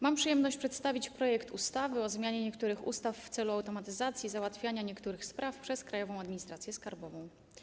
Mam przyjemność przedstawić projekt ustawy o zmianie niektórych ustaw w celu automatyzacji załatwiania niektórych spraw przez Krajową Administrację Skarbową.